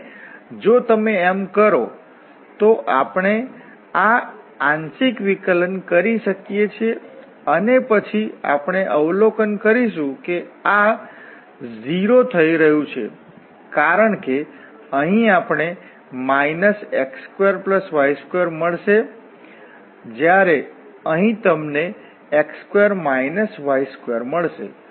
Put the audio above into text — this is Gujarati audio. અને જો તમે એમ કરો તો આપણે આ આંશિક વિકલન કરી શકીએ છીએ અને પછી આપણે અવલોકન કરીશું કે આ 0 થઈ રહ્યું છે કારણ કે અહીં આપણને x2y2 મળશે જ્યારે અહીં તમને x2 y2 મળશે